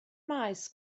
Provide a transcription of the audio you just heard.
maes